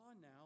now